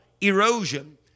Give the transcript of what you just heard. erosion